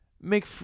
make